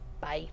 Bye